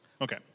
Okay